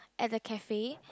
at the cafe